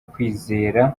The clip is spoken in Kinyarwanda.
kwizera